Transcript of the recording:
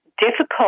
difficult